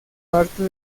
parte